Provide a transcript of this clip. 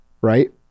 Right